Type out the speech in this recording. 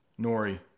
Nori